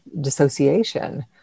dissociation